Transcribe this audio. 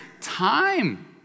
Time